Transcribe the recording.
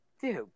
dude